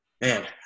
man